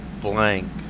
Blank